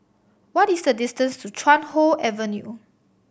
what is the distance to Chuan Hoe Avenue